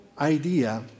idea